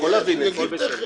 הכול בסדר.